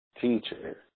teacher